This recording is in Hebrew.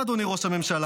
אתה, אדוני ראש הממשלה,